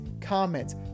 comments